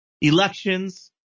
elections